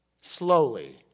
Slowly